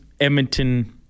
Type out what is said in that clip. Edmonton